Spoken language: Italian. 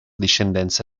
discendenza